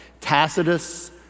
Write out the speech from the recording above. Tacitus